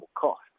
cost